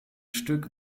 stück